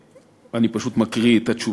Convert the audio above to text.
אני פשוט מקריא את התשובה: